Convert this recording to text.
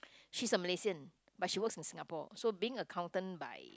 she's a Malaysian but she works in Singapore so being an accountant by